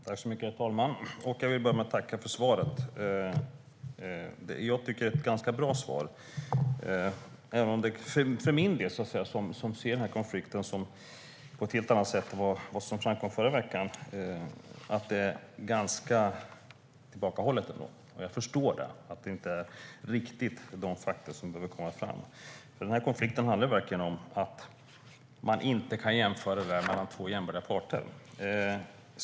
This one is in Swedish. Herr talman! Jag vill börja med att tacka för svaret. Det är ett ganska bra svar, även om jag ser konflikten på ett helt annat sätt än vad som framkom förra veckan, men ändå ganska tillbakahållet. Jag förstår att det inte riktigt innehåller de fakta som behöver komma fram. Konflikten handlar om att man inte kan jämföra mellan två jämbördiga parter.